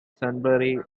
sunbury